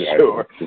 sure